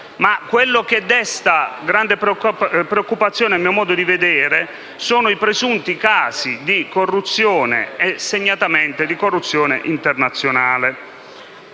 Ma quello che desta grave preoccupazione, a mio modo di vedere, sono i presunti casi di corruzione e, segnatamente, di corruzione internazionale.